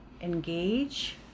engage